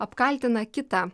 apkaltina kitą